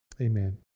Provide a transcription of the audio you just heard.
Amen